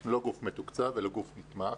אנחנו לא גוף מתוקצב אלא גוף נתמך.